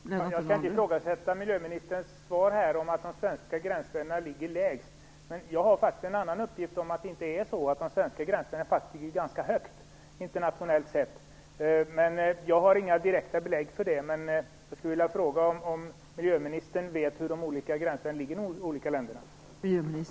Fru talman! Jag skall inte ifrågasätta miljöministerns svar att de svenska gränsvärdena ligger lägst, men jag har faktiskt en uppgift om att gränsvärdena ligger ganska högt internationellt sett, även om jag inte har några direkta belägg för det. Jag skulle vilja fråga om miljöministern vet hur gränsvärdena ligger i de olika länderna.